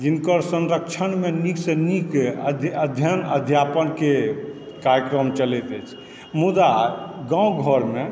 हिनकर संरक्षणमे नीकसँ नीक अध्ययन अध्यापनके कार्यक्रम चलैत अछि मुदा गाँव घरमे